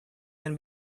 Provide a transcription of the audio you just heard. can